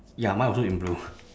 ya mine also in blue